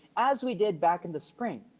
as we did back in the spring,